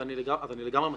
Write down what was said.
אז אני לגמרי מסכים.